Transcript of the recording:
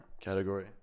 category